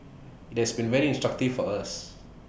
IT has been very instructive for us